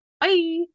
Bye